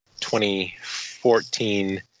2014